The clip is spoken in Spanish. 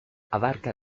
abarca